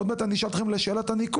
עוד מעט אני אשאל אתכם לשאלת הניקוד.